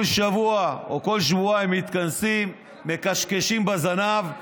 כל שבוע או כל שבועיים מתכנסים, מכשכשים בזנב.